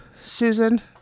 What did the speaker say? Susan